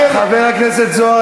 חבר הכנסת זוהר,